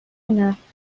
نفت